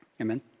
Amen